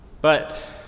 But